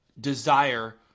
desire